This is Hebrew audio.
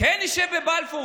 כן ישב בבלפור,